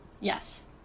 yes